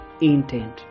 intent